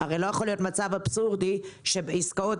הרי לא יכול להיות מצב אבסורדי שעל עסקאות